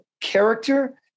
character